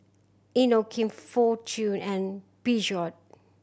Inokim Fortune and Peugeot